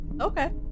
Okay